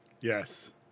yes